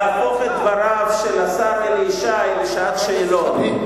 להפוך את דבריו של השר אלי ישי לשעת שאלות,